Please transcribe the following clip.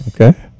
Okay